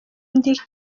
ndi